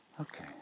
Okay